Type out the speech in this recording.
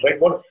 right